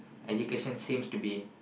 education seems to be